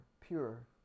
pure